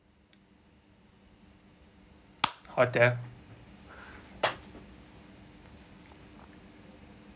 hotel